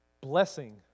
blessing